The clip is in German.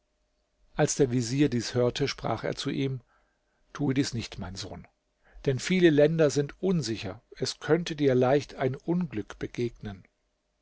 als der vezier dies hörte sprach er zu ihm thue dies nicht mein sohn denn viele länder sind unsicher es könnte dir leicht ein unglück begegnen